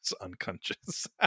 unconscious